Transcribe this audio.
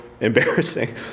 embarrassing